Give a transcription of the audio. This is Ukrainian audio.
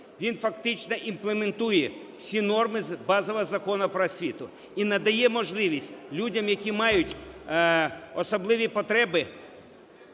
він фактично імплементує всі норми базового Закону "Про освіту" і надає можливість людям, які мають особливі потреби,